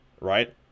right